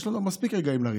יש לנו מספיק רגעים לריב,